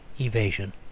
evasion